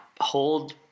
hold